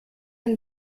ein